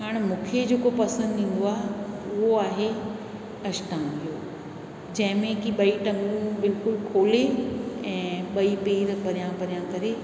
हाणे मूंखे जेको पसंदि ईंदो आहे उहो आहे अष्टांग योग जंहिं में की ॿई टंगूं बिल्कुलु खोले ऐं ॿई पेर परियां परियां करे